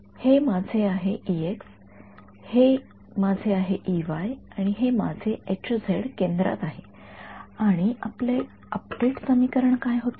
हे माझे आहे हे माझे आहे आणि माझे केंद्रात आहे आणि आपले अपडेट समीकरण काय होते